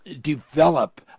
develop